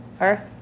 earth